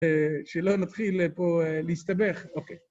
שלא נתחיל פה להסתבך, אוקיי.